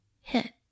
hit